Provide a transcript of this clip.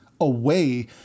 away